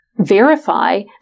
verify